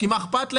כי מה אכפת להן,